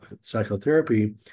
psychotherapy